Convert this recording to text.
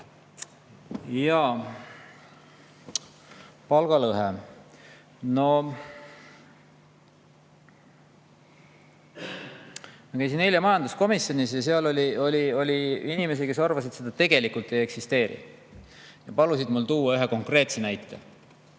Jaa, palgalõhe. Ma käisin eile majanduskomisjonis ja seal oli inimesi, kes arvasid, et seda tegelikult ei eksisteeri, ja palusid mul tuua ühe konkreetse näite.